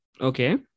Okay